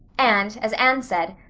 and, as anne said,